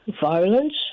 violence